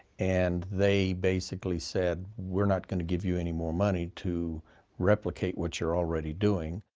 and they basically said, we're not going to give you any more money to replicate what you're already doing.